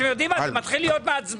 אתם יודעים מה, זה מתחיל להיות מעצבן.